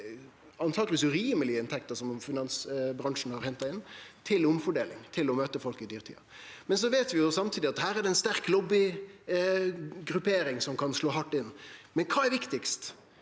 antakeleg urimelege inntekter som finansbransjen har henta inn – til omfordeling, til å møte folk i dyrtida. Så veit vi samtidig at det er ein sterk lobbygruppering her som kan slå hardt inn. Kva er viktigast?